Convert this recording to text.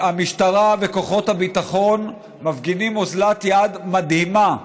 המשטרה וכוחות הביטחון מפגינים אוזלת יד מדהימה.